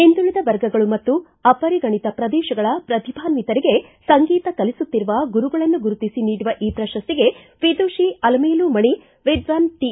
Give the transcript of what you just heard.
ಹಿಂದುಳಿದ ವರ್ಗಗಳು ಮತ್ತು ಅಪರಿಗಣಿತ ಪ್ರದೇಶಗಳ ಪ್ರತಿಭಾನ್ವಿತರಿಗೆ ಸಂಗೀತ ಕಲಿಸುತ್ತಿರುವ ಗುರುಗಳನ್ನು ಗುರುತಿಸಿ ನೀಡುವ ಈ ಪ್ರಶಸ್ತಿಗೆ ವಿದೂಷಿ ಅಲಮೇಲು ಮಣಿ ವಿದ್ವಾನ್ ಟಿ